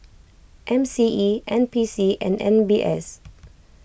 M C E N P C and M B S